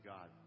God